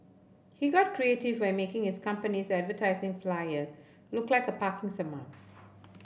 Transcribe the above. he got creative I making his company's advertising flyer look like a parking summons